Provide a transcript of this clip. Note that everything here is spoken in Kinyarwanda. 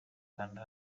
kanda